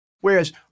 Whereas